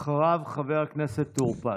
ואחריו, חבר הכנסת טור פז.